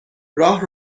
راه